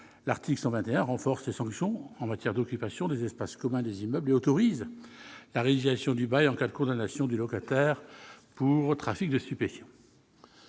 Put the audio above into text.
la loi ÉLAN, renforce les sanctions en matière d'occupation des espaces communs des immeubles et autorise la résiliation du bail en cas de condamnation du locataire pour trafic de stupéfiants.